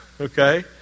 okay